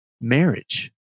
marriage